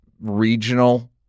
regional